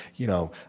you know,